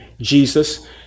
Jesus